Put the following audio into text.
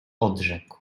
odrzekł